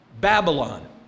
Babylon